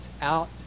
out